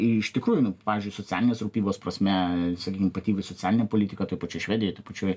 ir iš tikrųjų nu pavyzdžiui socialinės rūpybos prasme sakykim ypatingai socialinė politika toj pačioj švedijoj toj pačioj